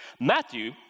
Matthew